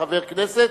כחבר כנסת,